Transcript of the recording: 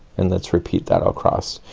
and let's repeat that across.